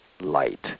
light